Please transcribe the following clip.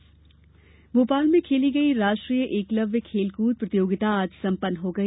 एकलव्य खेल भोपाल में खेली गई राष्ट्रीय एकलव्य खेलकूद प्रतियोगिता आज संपन्न हो गई